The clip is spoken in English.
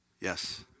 Yes